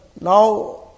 now